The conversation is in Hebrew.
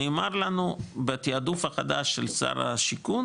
ונאמר לנו בתיעדוף החדש של שר השיכון